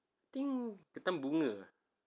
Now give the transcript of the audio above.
think ketam bunga ah